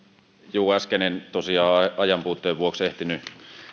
juu äsken en tosiaan ajan puutteen vuoksi ehtinyt